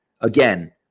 again